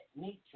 nature